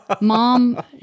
Mom